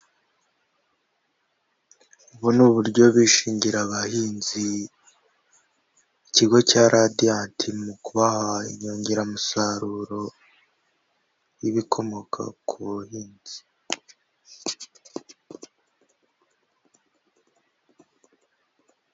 Ubu ni uburyo bishingira abahinzi, ikigo cya radiyanti mu kubaha inyongeramusaruro y'ibikomoka ku buhinzi.